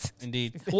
Indeed